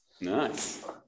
Nice